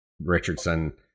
Richardson